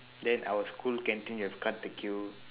then our school canteen you have cut the queue